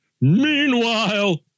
Meanwhile